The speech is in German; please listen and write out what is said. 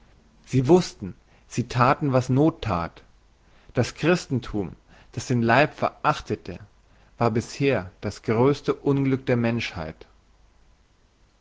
sie wussten sie thaten was noth that das christenthum das den leib verachtete war bisher das grösste unglück der menschheit